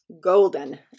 Golden